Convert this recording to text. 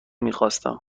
میخواستم